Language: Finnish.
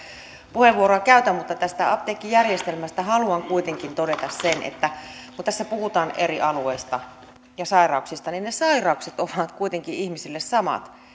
puheenvuoroa käytä mutta tästä apteekkijärjestelmästä haluan kuitenkin todeta sen että kun tässä puhutaan eri alueista ja sairauksista niin ne sairaudet ovat kuitenkin ihmisille samat